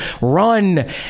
run